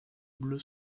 bleu